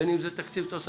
בין אם זה תקציב תוספתי.